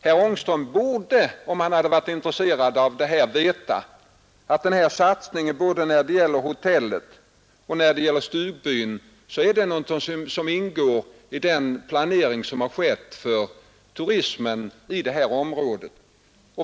Herr Ångström borde, om han hade varit intresserad av saken, veta att den här satsningen, när det gäller både hotellet och stugbyn, är någonting som ingår i den planering som har gjorts för turismen i området.